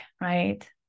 right